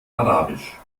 arabisch